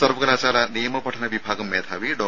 സർവ്വകലാശാല നിയമ പഠന വിഭാഗം മേധാവി ഡോ